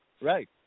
Right